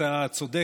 אתה צודק,